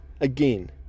again